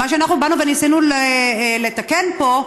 מה שאנחנו באנו וניסינו לתקן פה,